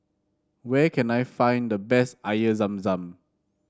where can I find the best Air Zam Zam